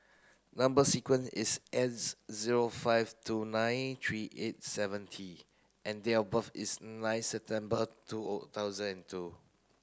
number sequence is S zero five two nine three eight seven T and date of birth is nine September two thousand and two